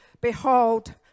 behold